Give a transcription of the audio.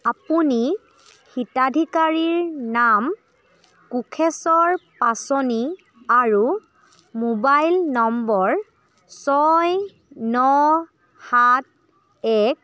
আপুনি হিতাধিকাৰীৰ নাম কোষেশ্বৰ পাছনি আৰু মোবাইল নম্বৰ ছয় ন সাত এক